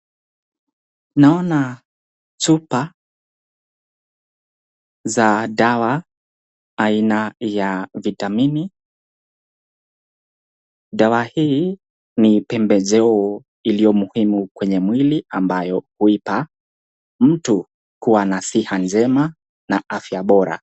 Ninaona chupa za dawa aina ya vitamini. Dawa hii ni pembejeo iliyo muhimu kwenye mwili ambayo huipa mtu kuwa na siha njema na afya bora.